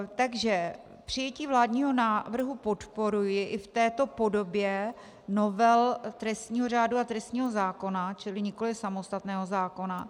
Takže přijetí vládního návrhu podporuji i v této podobě novel trestního řádu a trestního zákona, čili nikoli samostatného zákona.